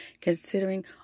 considering